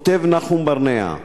כותב נחום ברנע: